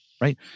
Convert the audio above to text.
right